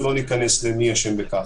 ולא ניכנס למי אשם בכך.